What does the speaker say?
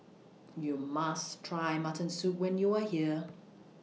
YOU must Try Mutton Soup when YOU Are here